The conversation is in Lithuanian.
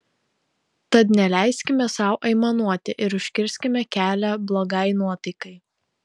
tad neleiskime sau aimanuoti ir užkirskime kelią blogai nuotaikai